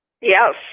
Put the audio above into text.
Yes